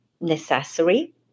necessary